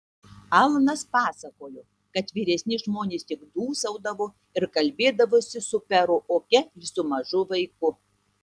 alanas pasakojo kad vyresni žmonės tik dūsaudavo ir kalbėdavosi su peru oke lyg su mažu vaiku